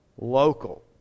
local